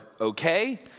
okay